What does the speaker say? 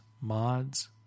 mods